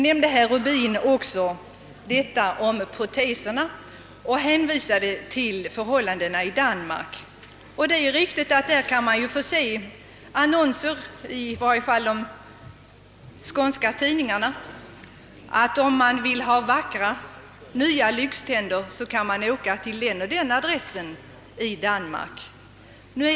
Herr Rubin hänvisade till förhållandena i Danmark. Det är riktigt att man i varje fall i de skånska tidningarna kan få se annonser om att om man vill ha vackra nya lyxtänder, så kan man åka till den och den adressen i Danmark.